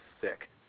sick